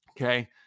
okay